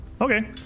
Okay